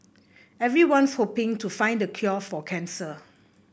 everyone's hoping to find the cure for cancer